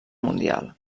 mundial